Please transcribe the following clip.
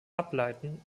ableiten